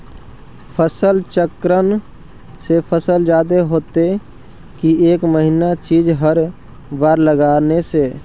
फसल चक्रन से फसल जादे होतै कि एक महिना चिज़ हर बार लगाने से?